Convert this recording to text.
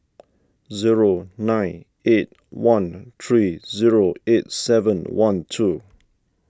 zero nine eight one three zero eight seven one two